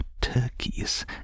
turkeys